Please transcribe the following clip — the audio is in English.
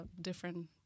different